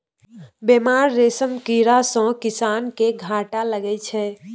बेमार रेशम कीड़ा सँ किसान केँ घाटा लगै छै